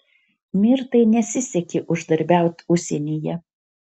mirtai nesisekė uždarbiaut užsienyje